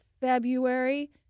February